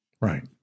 Right